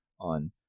on